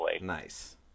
Nice